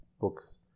books